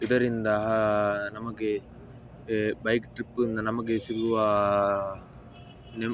ಇದರಿಂದ ನಮಗೆ ಬೈಕ್ ಟ್ರಿಪ್ಪಿಂದ ನಮಗೆ ಸಿಗುವ ನೆಮ್